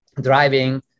driving